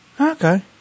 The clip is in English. Okay